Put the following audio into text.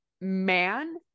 Man-